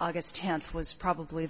august tenth was probably